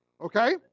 Okay